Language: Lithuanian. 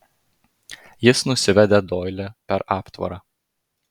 jis nusivedė doilį per aptvarą